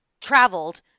traveled